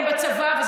הם בצבא.